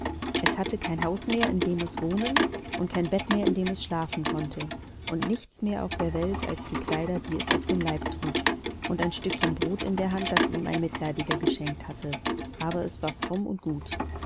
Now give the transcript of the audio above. es hatte kein haus mehr in dem es wohnen und kein bett mehr in dem es schlafen konnte und nichts mehr auf der welt als die kleider die es auf dem leib trug und ein stückchen brod in der hand das ihm ein mitleidiger geschenkt hatte es war aber gar fromm und gut